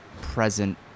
present